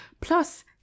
Plus